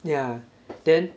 yeah then